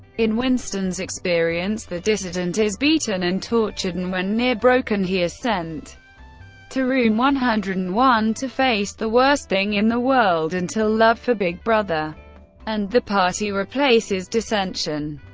in winston's experience, the dissident is beaten and tortured, and, when near-broken, he is sent to room one hundred and one to face the worst thing in the world until love for big brother and the party replaces dissension.